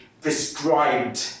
prescribed